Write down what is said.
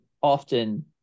often